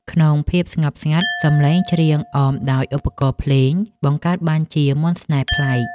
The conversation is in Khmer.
ក្នុងភាពស្ងប់ស្ងាត់ សំឡេងច្រៀងអមដោយឧបករណ៍ភ្លេងបង្កើតបានជាមន្តស្នេហ៍ប្លែក។